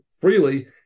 freely